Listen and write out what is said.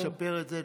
אם נשפר את זה,